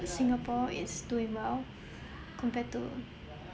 singapore is doing well compared to